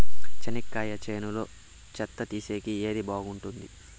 చెనక్కాయ చేనులో చెత్త తీసేకి ఏది బాగుంటుంది?